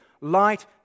light